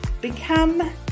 become